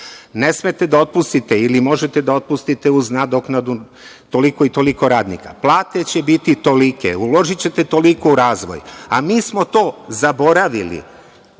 Ne smete da otpustite ili možete da otpustite uz nadoknadu toliko i toliko radnika. Plate će biti tolike, uložićete toliko u razvoj, a mi smo to zaboravili. Kad